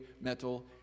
metal